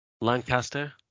Lancaster